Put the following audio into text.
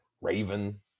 raven